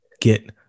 get